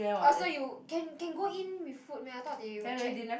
orh so you can can go in with food meh I thought they will check